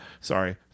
Sorry